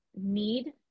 need